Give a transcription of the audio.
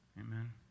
Amen